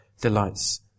delights